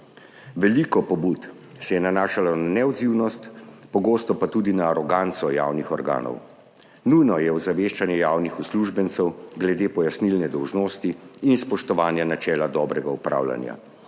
Veliko pobud se je nanašalo na neodzivnost, pogosto pa tudi na aroganco javnih organov. Nujno je ozaveščanje javnih uslužbencev glede pojasnilne dolžnosti in spoštovanja načela dobrega upravljanja.